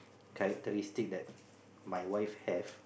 characteristic that my wife have